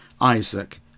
Isaac